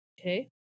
Okay